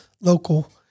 local